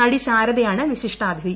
നടിശാരദയാണ് വിശിഷ്ടാതിഥി